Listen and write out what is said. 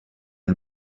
are